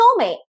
soulmate